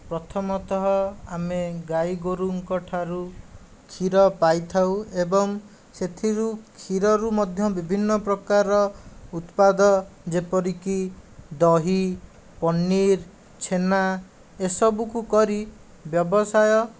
ପ୍ରଥମତଃ ଆମେ ଗାଈଗୋରୁଙ୍କ ଠାରୁ କ୍ଷୀର ପାଇଥାଉ ଏବଂ ସେଥିରୁ କ୍ଷୀରରୁ ମଧ୍ୟ ବିଭିନ୍ନ ପ୍ରକାର ଉତ୍ପାଦ ଯେପରିକି ଦହି ପନିର ଛେନା ଏସବୁକୁ କରି ବ୍ୟବସାୟ